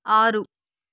ఆరు